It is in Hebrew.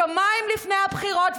יומיים לפני הבחירות,